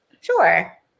sure